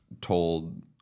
told